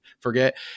forget